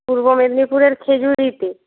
পূর্ব মেদিনীপুরের খেজুরিতে